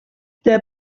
der